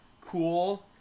cool